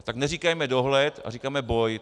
Tak neříkejme dohled, ale říkejme boj.